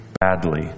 badly